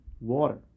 water